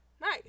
nice